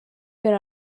been